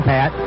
Pat